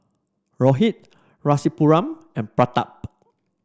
Rohit Rasipuram and Pratap